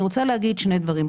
אני רוצה להגיד שני דברים.